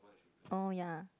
oh ya